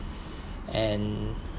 and